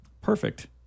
Perfect